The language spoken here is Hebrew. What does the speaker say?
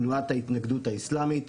תנועת ההתנגדות האיסלמית,